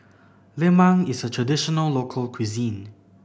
Lemang is a traditional local cuisine